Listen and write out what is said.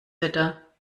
wetter